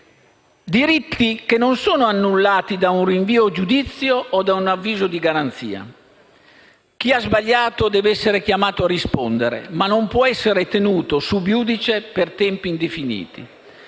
diritti che non sono annullati da un rinvio a giudizio o da un avviso di garanzia. Chi ha sbagliato deve essere chiamato a rispondere, ma non può essere tenuto *sub iudice* per tempi indefiniti.